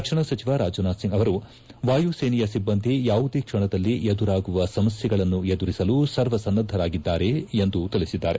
ರಕ್ಷಣಾ ಸಚಿವ ರಾಜನಾಥ್ ಸಿಂಗ್ ಅವರು ವಾಯುಸೇನೆಯ ಸಿಬ್ಬಂದಿ ಯಾವುದೇ ಕ್ಷಣದಲ್ಲಿ ಎದುರಾಗುವ ಸಮಸ್ವೆಗಳನ್ನು ಎದುರಿಸಲು ಸರ್ವ ಸರ್ವಸನ್ನದ್ದರಾಗಿವೆ ಎಂದು ತಿಳಿಸಿದ್ದಾರೆ